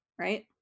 right